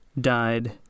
died